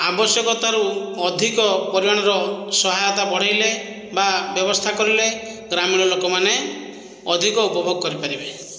ଆବଶ୍ୟକତା ରୁ ଅଧିକ ପରିମାଣର ସହାୟତା ବଢ଼ାଇଲେ ବା ବ୍ୟବସ୍ଥା କରିଲେ ଗ୍ରାମୀଣ ଲୋକମାନେ ଅଧିକ ଉପଭୋଗ କରିପାରିବେ